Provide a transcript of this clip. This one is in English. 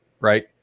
right